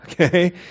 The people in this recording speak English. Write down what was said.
Okay